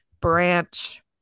branch